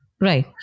right